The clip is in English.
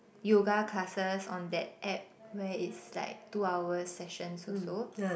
yoga classes on that app where it's like two hours session also